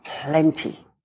plenty